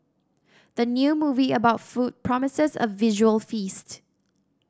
the new movie about food promises a visual feast